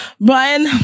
Brian